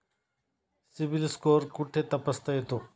CIBIL score कुठे तपासता येतो?